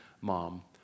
mom